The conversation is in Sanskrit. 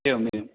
एवम् एवं